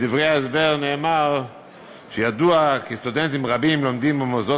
בדברי ההסבר נאמר שידוע כי סטודנטים רבים לומדים במוסדות